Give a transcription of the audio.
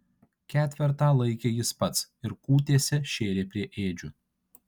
ketvertą laikė jis pats ir kūtėse šėrė prie ėdžių